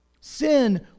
Sin